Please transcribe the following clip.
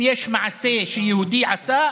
אם יש מעשה שיהודי עשה,